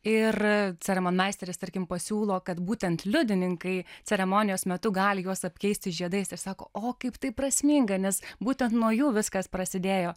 ir ceremonmeisteris tarkim pasiūlo kad būtent liudininkai ceremonijos metu gali juos apkeisti žiedais ir sako o kaip tai prasminga nes būtent nuo jų viskas prasidėjo